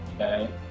Okay